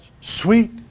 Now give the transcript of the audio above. sweet